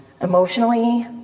emotionally